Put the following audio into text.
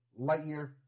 Lightyear